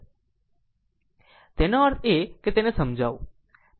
તેનો અર્થ એ કે તેને સમજાવું